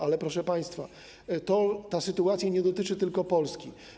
Ale proszę państwa, ta sytuacja nie dotyczy tylko Polski.